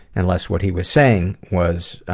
unless what he was saying was,